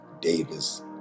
Davis